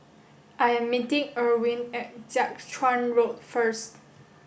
I am meeting Irwin at Jiak Chuan Road first